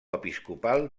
episcopal